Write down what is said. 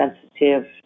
sensitive